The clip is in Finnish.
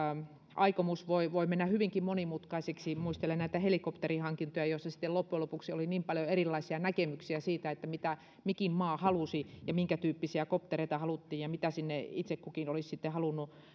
aikomus voi voi mennä hyvinkin monimutkaiseksi muistelen näitä helikopterihankintoja joissa loppujen lopuksi oli paljon erilaisia näkemyksiä siitä mitä mikin maa halusi ja minkätyyppisiä koptereita haluttiin ja mitä sinne itse kukin olisi sitten halunnut